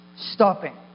stopping